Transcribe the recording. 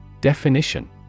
Definition